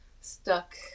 stuck